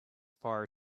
far